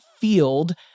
field